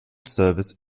service